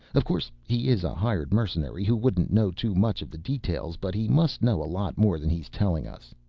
of course he is a hired mercenary who wouldn't know too much of the details, but he must know a lot more than he is telling us.